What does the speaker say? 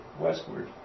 westward